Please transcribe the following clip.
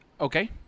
Okay